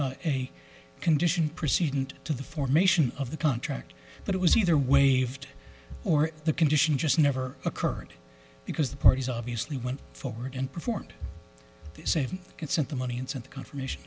been a condition proceed to the formation of the contract but it was either waived or the condition just never occurred because the parties obviously went forward and performed the same and sent the money and sent confirmation